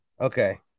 Okay